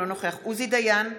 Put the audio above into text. אינו נוכח עוזי דיין,